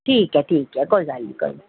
ठीक ऐ ठीक ऐ कोई गल्ल नेई कोई नी